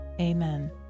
Amen